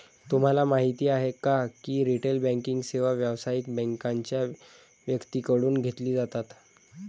तुम्हाला माहिती आहे का की रिटेल बँकिंग सेवा व्यावसायिक बँकांच्या व्यक्तींकडून घेतली जातात